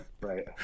right